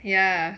ya